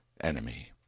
enemy